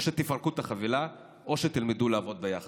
או שתפרקו את החבילה או שתלמדו לעבוד ביחד,